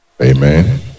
Amen